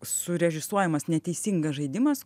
surežisuojamas neteisingas žaidimas